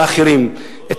באותו פרק,